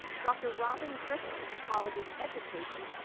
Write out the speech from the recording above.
dr. robin griffith, college of education,